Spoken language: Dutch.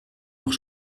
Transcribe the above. nog